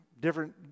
different